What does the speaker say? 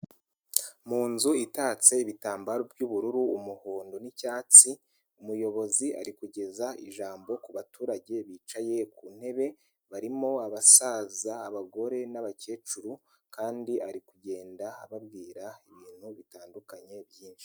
Mu nzu itatse ibitambaro by'ubururu, umuhondo n'icyatsi, umuyobozi arikugeza ijambo ku baturage bicaye ku ntebe barimo abasaza, abagore n'abakecuru kandi ari kugenda ababwira ibintu bitandukanye byinshi.